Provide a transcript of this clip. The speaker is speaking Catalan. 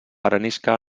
arenisca